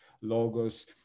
logos